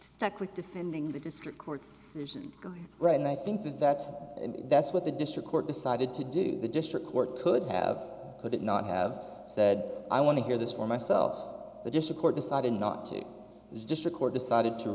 stuck with defending the district court susan wright and i think that that's that's what the district court decided to do the district court could have could it not have said i want to hear this for myself but just a court decided not to is just a court decided to